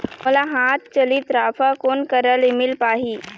मोला हाथ चलित राफा कोन करा ले मिल पाही?